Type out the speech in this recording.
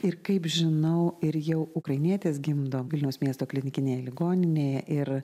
ir kaip žinau ir jau ukrainietės gimdo vilniaus miesto klinikinėje ligoninėje ir